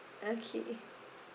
okay